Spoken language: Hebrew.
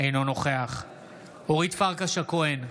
אינו נוכח אורית פרקש הכהן,